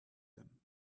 them